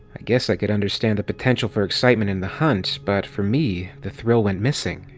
i guess i could understand the potential for excitement in the hunt, but for me the thrill went missing.